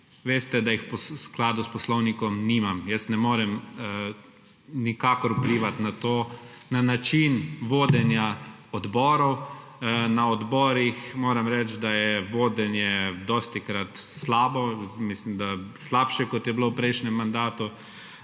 Veste, da jih v skladu s poslovnikom nimam. Jaz ne morem nikakor vplivati na to, na način vodenja odborov. Na odborih moram reči, da je vodenje dostikrat slabo, mislim, da slabše kot je bilo v prejšnjem mandatu.